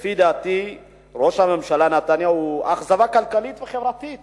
לפי דעתי ראש הממשלה נתניהו הוא אכזבה כלכלית וחברתית